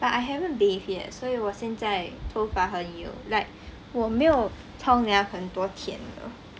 but I haven't bathe yet 所以我现在头发很油 like 我没有冲凉很多天的